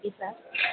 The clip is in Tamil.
இப்போ